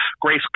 Grace